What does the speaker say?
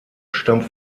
stammt